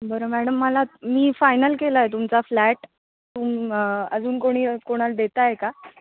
बरं मॅडम मला मी फायनल केला आहे तुमचा फ्लॅट तुम अजून कोणी कोणाला देत आहे का